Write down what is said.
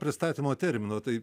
pristatymo termino tai